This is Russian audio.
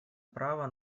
право